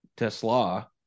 Tesla